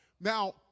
Now